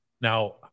Now